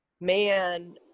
man